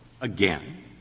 again